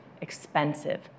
expensive